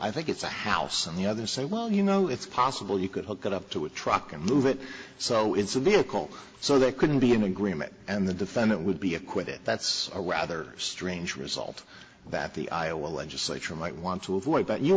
i think it's a house and the other say well you know it's possible you could hook it up to a truck and move it so it's a vehicle so they couldn't be in agreement and the defendant would be acquitted that's a rather strange result that the iowa legislature might want to avoid but you